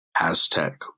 Aztec